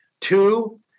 Two